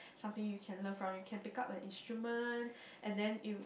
something you can learn from you can pick up an instrument and then you